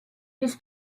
his